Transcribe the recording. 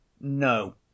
no